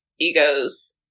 egos